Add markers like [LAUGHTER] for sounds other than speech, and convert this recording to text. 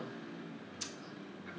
[NOISE]